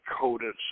coded